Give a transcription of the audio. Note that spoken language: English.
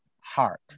heart